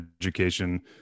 education